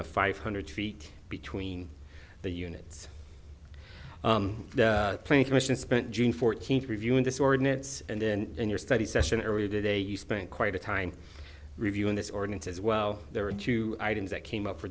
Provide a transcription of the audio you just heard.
of five hundred feet between the units plain commission spent june fourteenth reviewing this ordinance and then in your study session earlier today you spent quite a time reviewing this ordinance as well there are two items that came up for